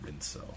Rinso